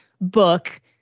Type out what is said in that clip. book